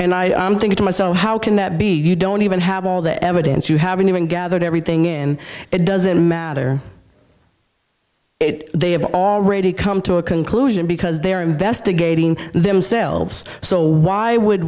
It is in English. i think to myself how can that be you don't even have all the evidence you haven't even gathered everything in it doesn't matter they have already come to a conclusion because they are investigating themselves so why would